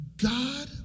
God